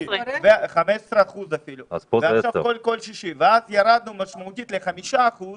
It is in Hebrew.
15% אפילו, ושבוע אחרי הסגר ירדנו משמעותית, ל-5%